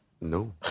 No